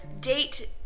date